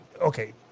okay